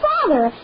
Father